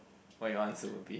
what your answer would be